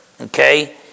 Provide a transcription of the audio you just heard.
Okay